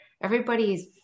Everybody's